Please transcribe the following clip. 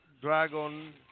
Dragon